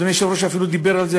אדוני היושב-ראש אפילו דיבר על זה,